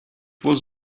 was